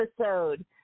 episode